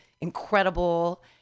incredible